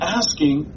asking